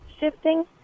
shifting